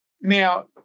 Now